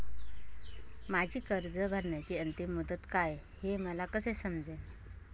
माझी कर्ज भरण्याची अंतिम मुदत काय, हे मला कसे समजेल?